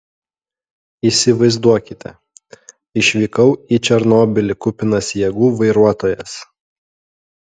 įsivaizduokite išvykau į černobylį kupinas jėgų vairuotojas